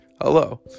Hello